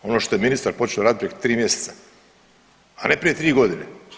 Ono što je ministar počeo raditi prije 3 mjeseca, a ne prije 3 godine.